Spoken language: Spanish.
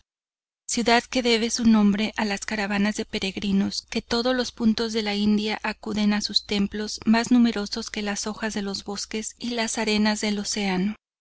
ciudad que debe sus nombre a las caravanas de peregrinos que todos los puntos de la india acuden a sus templos más numerosos que las hojas de los bosques y las arenas del océano